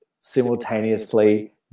simultaneously